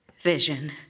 Vision